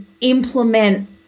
implement